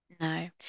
No